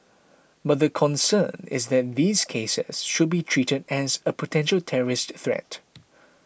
but the concern is that these cases should be treated as a potential terrorist threat